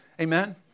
Amen